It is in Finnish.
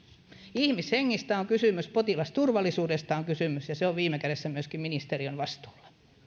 ihmishengistä on kysymys potilasturvallisuudesta on kysymys ja se on viime kädessä myöskin ministeriön vastuulla